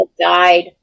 died